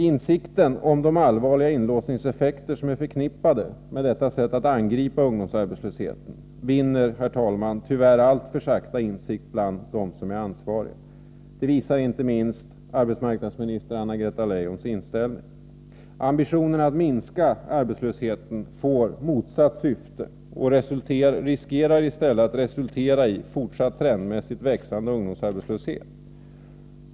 Insikten om de allvarliga inlåsningseffekter som är förknippade med detta sätt att angripa ungdomsarbetslösheten sprider sig, herr talman, tyvärr alltför sakta bland de ansvariga. Det visar inte minst arbetsmarknadsminister Anna-Greta Leijons inställning. Ambitionen att minska arbetslösheten får motsatt syfte — det finns risk för att resultatet i stället blir fortsatt trendmässigt växande ungdomsarbetslöshet.